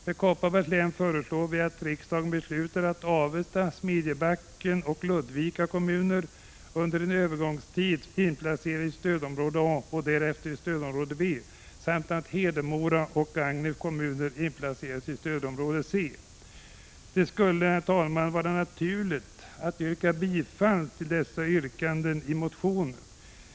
För Kopparbergs län föreslår vi att riksdagen beslutar att Avesta, Smedjebacken och Ludvika kommuner under en övergångstid inplaceras i stödområde A och därefter i stödområde B, samt att Hedemora och Gagnefs kommuner inplaceras i stödområde C. Det skulle, herr talman, vara naturligt att yrka bifall till dessa yrkanden i motionen.